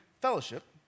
fellowship